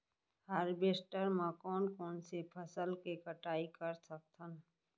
Harvester म कोन कोन से फसल के कटाई कर सकथन?